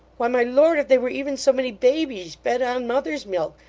why, my lord, if they were even so many babies, fed on mother's milk,